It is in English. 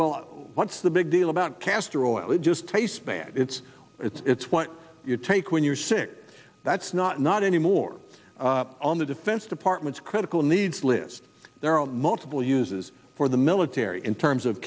well what's the big deal about castor oil it just tastes bad it's it's what you take when you're sick that's not not anymore on the defense department's critical needs list there on multiple uses for the military in terms of